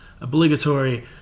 obligatory